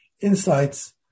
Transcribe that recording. insights